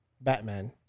Batman